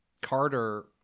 Carter